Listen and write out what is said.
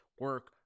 Work